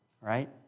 right